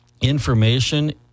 information